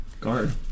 guard